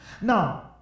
Now